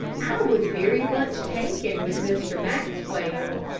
i was very much taken with mr. maxwell.